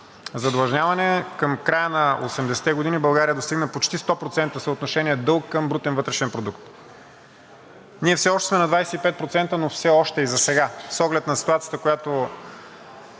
на задлъжняване – към края на осемдесетте години, България достигна почти 100% съотношение дълг към брутен вътрешен продукт. Ние все още сме на 25%, но все още и засега. С оглед на ситуацията, която